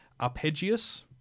Arpeggios